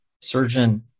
surgeon